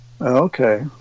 Okay